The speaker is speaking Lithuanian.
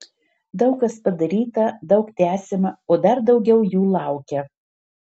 daug kas padaryta daug tęsiama o dar daugiau jų laukia